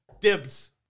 dibs